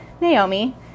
naomi